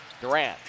Durant